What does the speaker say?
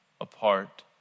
apart